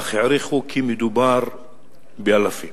אך העריכו כי מדובר באלפים.